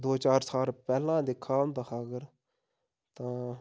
दो चार साल पैह्ले दिक्का दा होंदा हा अगर तां